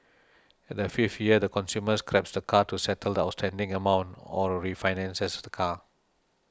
at the fifth year the consumer scraps the car to settle the outstanding amount or refinances the car